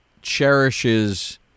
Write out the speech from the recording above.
cherishes